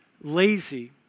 lazy